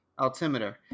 Altimeter